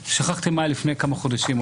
שכחתם מה היה לפני כמה חודשים,